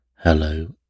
Hello